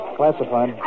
classified